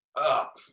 up